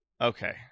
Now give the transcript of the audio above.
okay